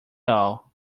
all